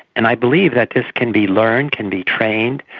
and i believe that this can be learned, can be trained,